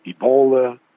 Ebola